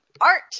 art